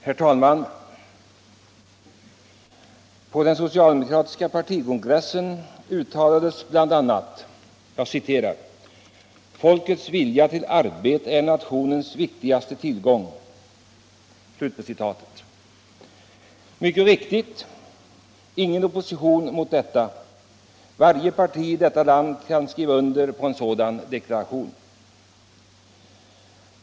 Herr talman! I det socialdemokratiska valmanifestet uttalas bl.a. att ”folkets vilja till arbete är nationens viktigaste tillgång”. Mycket riktigt - ingen opposition mot detta. Varje parti i detta land kan skriva under en sådan deklaration.